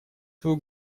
свою